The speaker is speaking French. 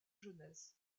jeunesse